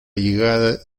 llegada